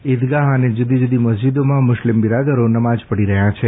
ઇદગાહ અને જુદી જુદી મેેેસ્જદોમાં મુેેેસ્લમ બિરાદરો નમાજ પઢી રહ્યા છે